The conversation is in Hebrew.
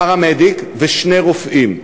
פרמדיק ושני רופאים.